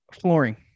Flooring